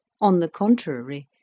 on the contrary,